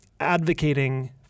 advocating